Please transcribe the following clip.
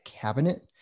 cabinet